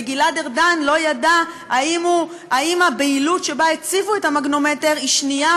וגלעד ארדן לא ידע אם הבהילות שבה הציבו את המגנומטר היא שנייה